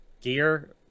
Gear